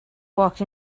walked